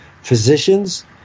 physicians